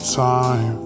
time